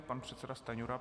Pan předseda Stanjura.